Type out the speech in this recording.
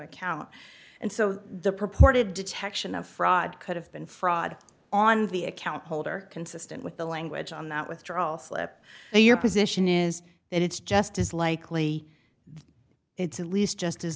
account and so the purported detection of fraud could have been fraud on the account holder consistent with the language on that withdrawal slip your position is that it's just as likely it's at least just as